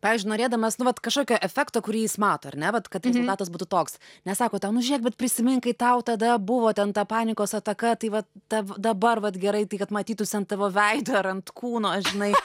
pavyzdžiui norėdamas nu vat kažkokio efekto kurį jis mato ar ne vat kad rezultatas būtų toks nes sako tau nu žiūrėk vat prisimink kai tau tada buvo ten ta panikos ataka tai vat tavo dabar vat gerai tai kad matytųsi nat tavo veido ar ant kūno a žinai